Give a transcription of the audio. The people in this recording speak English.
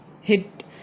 hit